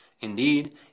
Indeed